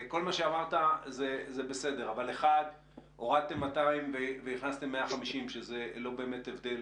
כל מה שאמרת הוא בסדר אבל הורדתם מ-200 והכנסתם 150 שזה לא באמת הבדל